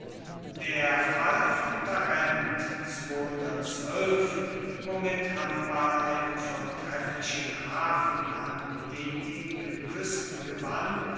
der fall von tarent womit hannibal einen vortrefflichen hafen an denjenigen kuesten gewann